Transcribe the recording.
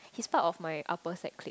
he's part of my upper sec clique